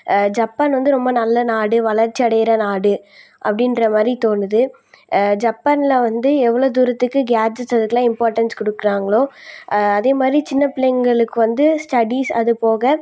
Japan வந்து ரொம்ப நல்ல நாடு வளர்ச்சி அடைகிற நாடு அப்படின்ற மாதிரி தோணுது ஜப்பானில் வந்து எவ்வளோ தூரத்துக்கு கேட்ஜெஸ்ட் அதுக்கெல்லாம் இம்பார்டண்ஸ் கொடுக்குறாங்ளோ அதேமாதிரி சின்னப்பிள்ளைங்களுக்கு வந்து ஸ்டடீஸ் அதுபோக